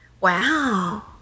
Wow